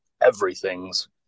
everything's